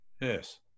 yes